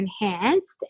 enhanced